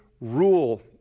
rule